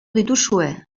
dituzue